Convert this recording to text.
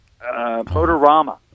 Motorama